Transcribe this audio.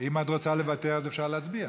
אם את רוצה לוותר, אז אפשר להצביע.